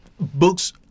Books